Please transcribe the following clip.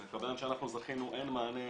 אצל הקבלן שאנחנו זכינו אין מענה,